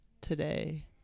today